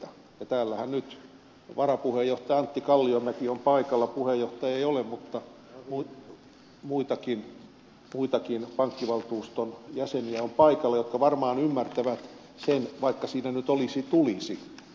täällähän nyt varapuheenjohtaja antti kalliomäki on paikalla puheenjohtaja ei ole ja muitakin pankkivaltuuston jäseniä on paikalla jotka varmaan ymmärtävät sen vaikka siinä nyt on tulisi